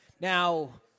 Now